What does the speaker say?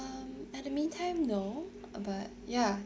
at the meantime no uh but ya